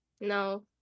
No